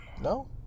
No